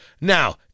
Now